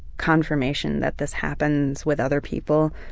confirmation that this happens with other people,